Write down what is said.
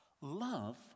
love